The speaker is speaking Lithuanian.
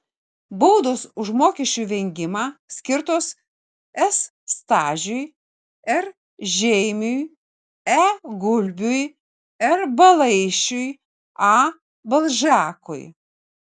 baudos už mokesčių vengimą skirtos s stažiui r žeimiui e gulbiui r balaišiui a balžekui